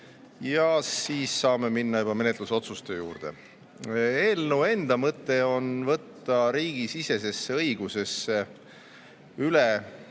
ja siis saame minna juba menetlusotsuste juurde. Eelnõu enda mõte on võtta riigisisesesse õigusesse üle